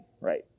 Right